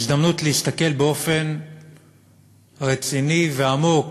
הזדמנות להסתכל באופן רציני ועמוק